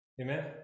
amen